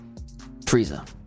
Frieza